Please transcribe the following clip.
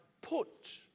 put